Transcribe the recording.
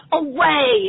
away